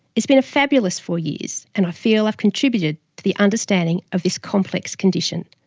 it's been a fabulous four years and i feel i've contributed to the understanding of this complex condition.